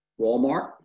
Walmart